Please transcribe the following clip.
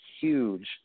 huge